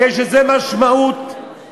כי יש לזה משמעות רבה